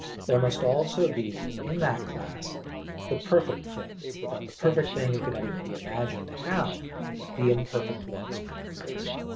there must also be in that class the perfect thing. without the perfect thing it could not even be imagined how the imperfect ones could exist.